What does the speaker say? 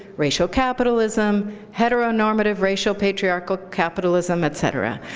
racial capitalism, hetero-normative racial patriarchal capitalism, et cetera.